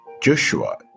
Joshua